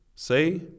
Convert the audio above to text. Say